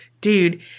dude